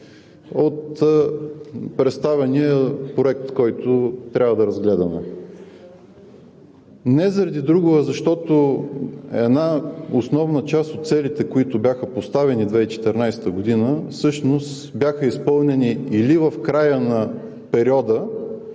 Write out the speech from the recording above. от представения проект, който трябва да разгледаме, не заради друго, а защото основна част от целите, които бяха поставени през 2014 г., всъщност бяха изпълнени или в края на периода,